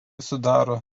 sudaro